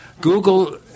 Google